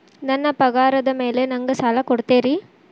ನನ್ನ ಪಗಾರದ್ ಮೇಲೆ ನಂಗ ಸಾಲ ಕೊಡ್ತೇರಿ?